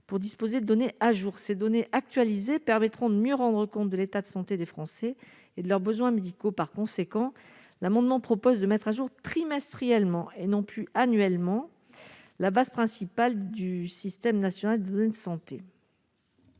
pour disposer de données à jour ces données actualisées permettront de mieux rendre compte de l'état de santé des Français et de leurs besoins médicaux, par conséquent, l'amendement propose de mettre à jour trimestriellement et non plus annuellement la base principale du système national de santé.